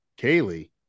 kaylee